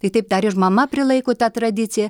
tai taip dar ir mama prilaiko tą tradiciją